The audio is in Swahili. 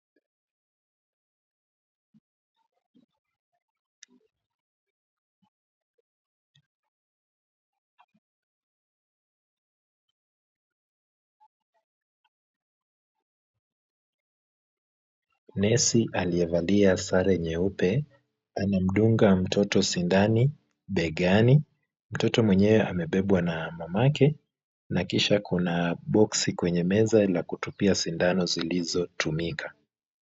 Nesi aliyevalia sare nyeupe anamdunga mtoto sindani begani. Mtoto mwenyewe amebebwa na mamake. Na kisha kuna box kwenye meza la kutupia sindano zilizotumika.